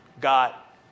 got